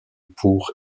pour